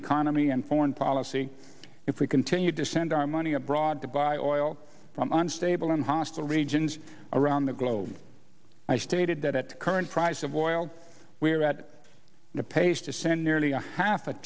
economy and foreign policy if we continued to send our money abroad to buy oil from unstable and hostile regions around the globe i stated that at current price of oil we are at the pace to send nearly a half a